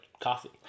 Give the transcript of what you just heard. Coffee